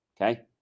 Okay